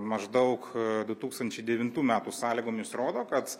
maždaug du tūkstančiai devintų metų sąlygomis rodo kad